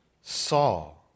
Saul